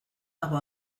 dago